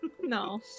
No